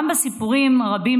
גם בסיפורים הרבים